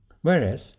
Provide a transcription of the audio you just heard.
Whereas